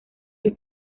sus